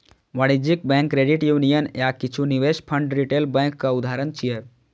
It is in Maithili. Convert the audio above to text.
वाणिज्यिक बैंक, क्रेडिट यूनियन आ किछु निवेश फंड रिटेल बैंकक उदाहरण छियै